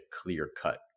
clear-cut